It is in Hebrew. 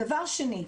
דבר שני,